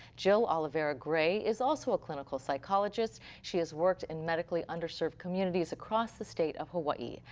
jill oliveira gray is also a clinical psychologist. she has worked in medically underserved communities across the state of hawai'i.